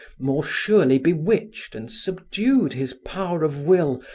more surely bewitched and subdued his power of will,